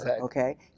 Okay